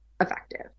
effective